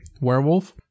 werewolf